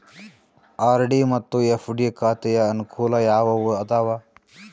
RD ಮತ್ತು FD ಖಾತೆಯ ಅನುಕೂಲ ಯಾವುವು ಅದಾವ?